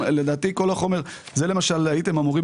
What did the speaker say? את זה הייתם אמורים